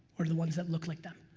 or the ones that look like them.